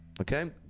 Okay